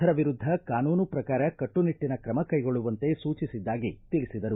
ತಪ್ಪಿತಸ್ಥರ ವಿರುದ್ಧ ಕಾನೂನು ಪ್ರಕಾರ ಕಟ್ಟುನಿಟ್ಟನ ಕ್ರಮ ಕೈಗೊಳ್ಳುವಂತೆ ಸೂಚಿಸಿದ್ದಾಗಿ ತಿಳಿಸಿದರು